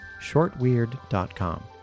shortweird.com